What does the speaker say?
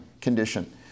condition